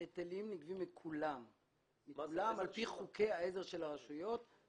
היטלים נגבים מכולם על פי חוקי העזר של הרשויות.